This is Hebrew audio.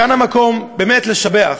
כאן המקום באמת לשבח